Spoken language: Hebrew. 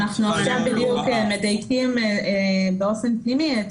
ואנחנו עכשיו מדייקים באופן פנימי את